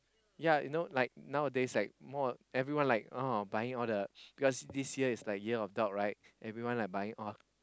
yeah you know like nowadays right everyone like oh buying all the because this year is the year of dog everyone everyone buying oh